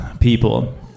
people